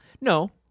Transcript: No